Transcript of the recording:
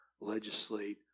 legislate